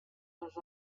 les